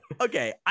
okay